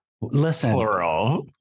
Listen